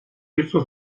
лицу